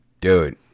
Dude